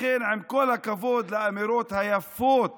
לכן עם כל הכבוד לאמירות היפות